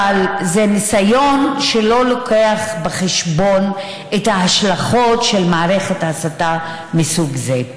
אבל זה ניסיון שלא מביא בחשבון את ההשלכות של מערכת ההסתה מהסוג הזה.